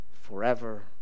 forever